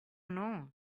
know